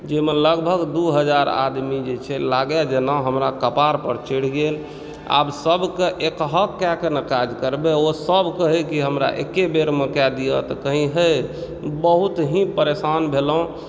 जाहिमे लगभग दू हजार आदमी जे छै लागय जेना हमरा कपार पर चढ़ि गेल आब सभकेँ एकहक कएके न काज करबय ओसभ कहय कि हमरा एक्के बेर मे कए दिअ तऽ कहीं होय बहुत ही परेशान भेलहुँ